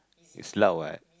is loud what